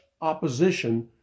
opposition